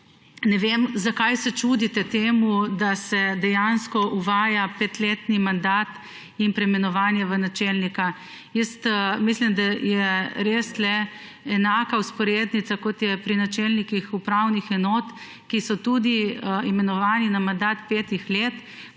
Ne vem, zakaj se čudite temu, da se dejansko uvaja petletni mandat in preimenovanje v načelnika. Jaz mislim, da je tu enaka vzporednica kot je pri načelnikih upravnih enot, ki so tudi imenovani na mandat petih let,